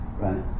right